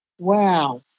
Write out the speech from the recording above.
wow